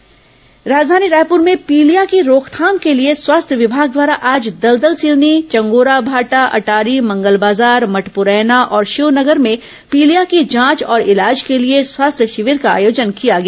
पीलिया शिविर राजधानी रायपुर में पीलिया की रोकथाम के लिए स्वास्थ्य विभाग द्वारा आज दलदल सिवनी चंगोराभाटा अटारी मंगल बाजार मठपूरैना और शिव नगर में पीलिया की जांच और इलाज के लिए स्वास्थ्य शिविर का आयोजन किया गया